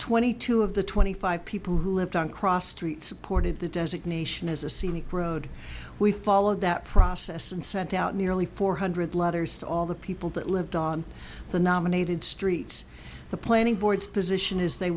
twenty two of the twenty five people who lived on cross street supported the designation as a scenic road we followed that process and sent out nearly four hundred letters to all the people that lived on the nominated streets the planning board's position is they